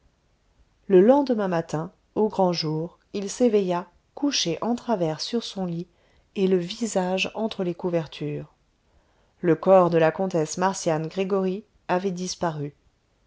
le lendemain matin au grand jour il s'éveilla couché en travers sur son lit et le visage contre les couvertures le corps de la comtesse marcian gregoryi avait disparu